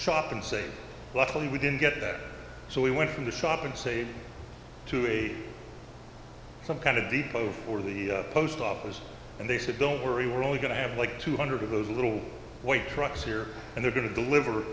say luckily we didn't get that so we went from the shop and say to a some kind of the boat or the post office and they said don't worry we're only going to have like two hundred of those little white trucks here and they're going to deliver